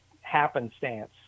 happenstance